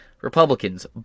Republicans